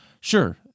sure